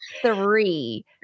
Three